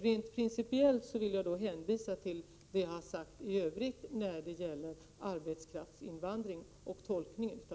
Rent principiellt vill jag i övrigt hänvisa till det jag har sagt om Prot. 1987/88:88